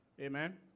Amen